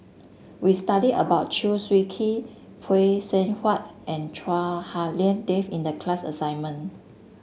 we studied about Chew Swee Kee Phay Seng Whatt and Chua Hak Lien Dave in the class assignment